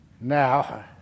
Now